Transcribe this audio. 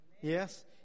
Yes